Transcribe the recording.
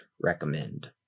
recommend